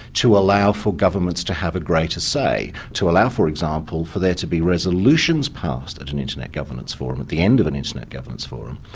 to allow for governments to have a greater say, to allow, for example, for there to be resolutions passed at an internet governance forum, at the end of an internet governance forum,